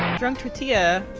drunk tortilla.